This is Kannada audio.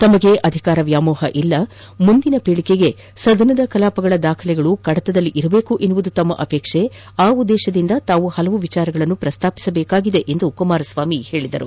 ತಮಗೆ ಅಧಿಕಾರ ವ್ಯಾಮೋಹವಿಲ್ಲ ಮುಂದಿನ ಪೀಳಿಗೆಗೆ ಸದನದ ಕಲಾಪಗಳ ದಾಖಲೆಗಳು ಕಡತದಲ್ಲಿ ಇರಬೇಕು ಎನ್ನುವುದು ತಮ್ಮ ಅಪೇಕ್ಷೆ ಆ ಉದ್ದೇಶದಿಂದ ತಾವು ಹಲವು ವಿಷಯಗಳನ್ನು ಪ್ರಸ್ತಾಪಿಸಬೇಕಾಗಿದೆ ಎಂದು ಕುಮಾರಸ್ವಾಮಿ ಹೇಳಿದರು